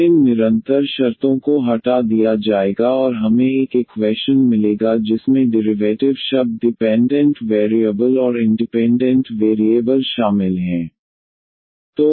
फिर इन निरंतर शर्तों को हटा दिया जाएगा और हमें एक इक्वैशन मिलेगा जिसमें डिरिवैटिव शब्द डिपेंडेंट वेरिएबल और इंडिपेंडेंट वेरिएबल शामिल हैं